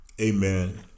Amen